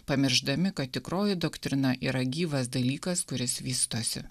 pamiršdami kad tikroji doktrina yra gyvas dalykas kuris vystosi